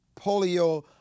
polio